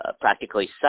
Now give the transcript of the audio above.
practically